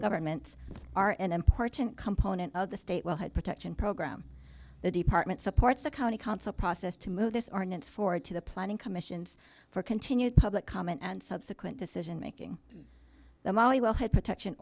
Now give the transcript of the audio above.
governments are an important component of the state will have protection program the department supports the county council process to move this forward to the planning commissions for continued public comment and subsequent decision making the molly will have protection